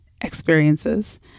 experiences